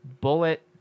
Bullet